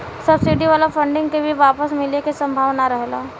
subsidy वाला funding के भी वापस मिले के सम्भावना ना रहेला